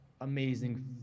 amazing